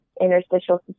interstitial